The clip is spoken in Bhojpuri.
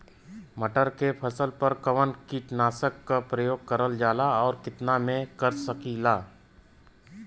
मटर के फसल पर कवन कीटनाशक क प्रयोग करल जाला और कितना में कर सकीला?